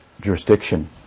jurisdiction